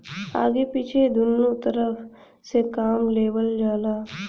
आगे पीछे दुन्नु तरफ से काम लेवल जाला